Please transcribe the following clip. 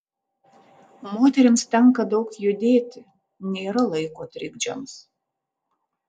moterims tenka daug judėti nėra laiko trikdžiams